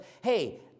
hey